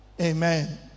amen